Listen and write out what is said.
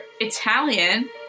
Italian